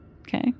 Okay